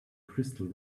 crystal